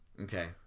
Okay